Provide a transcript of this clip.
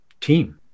team